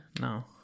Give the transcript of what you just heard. No